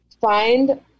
Find